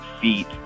feet